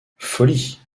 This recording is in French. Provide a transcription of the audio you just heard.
folie